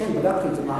כן, בדקתי את זה.